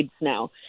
now